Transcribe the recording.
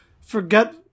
Forget